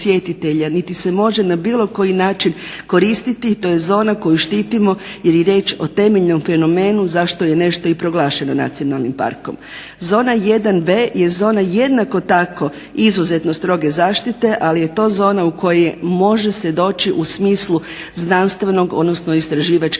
niti se može na bilo koji način koristiti to je zona koju štitimo jer je riječ o temeljnom fenomenu zašto je nešto i proglašeno nacionalnim parkom. Zona 1B je zona jednako tako izuzetno stroge zaštite ali je to zona u kojoj se može doći u smislu znanstvenog odnosno istraživačke